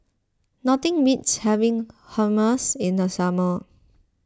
nothing beats having Hummus in the summer